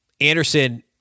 Anderson